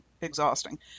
exhausting